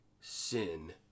sin